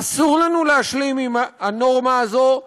אסור לנו להשלים עם הנורמה הזאת,